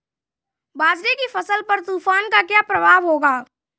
बाजरे की फसल पर तूफान का क्या प्रभाव होगा?